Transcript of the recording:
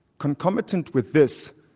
concomitant with this,